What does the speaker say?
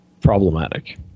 problematic